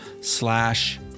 slash